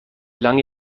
lange